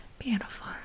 Beautiful